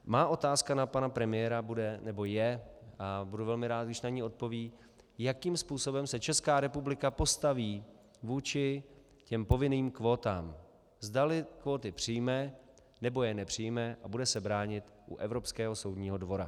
Má otázka na pana premiéra je, a budu velmi rád, když na ni odpoví, jakým způsobem se Česká republika postaví vůči povinným kvótám, zdali kvóty přijme, nebo je nepřijme a bude se bránit u Evropského soudního dvora.